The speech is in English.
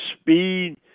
speed